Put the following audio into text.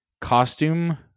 costume